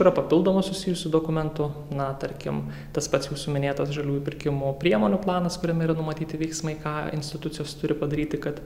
yra papildomų susijusių dokumentų na tarkim tas pats jūsų minėtas žaliųjų pirkimų priemonių planas kuriame yra numatyti veiksmai ką institucijos turi padaryti kad